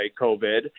COVID